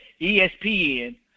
ESPN